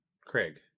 Craig